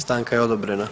Stanka je odobrena.